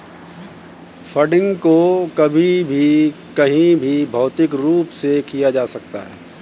funding को कभी भी कहीं भी भौतिक रूप से किया जा सकता है